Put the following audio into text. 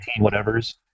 whatevers